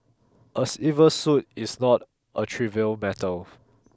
a civil suit is not a trivial matter